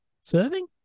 serving